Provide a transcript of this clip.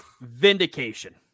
Vindication